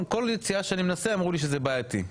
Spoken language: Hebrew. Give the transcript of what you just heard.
הצעה שאני מנסה אמרו לי שזה בעייתי.